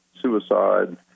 suicide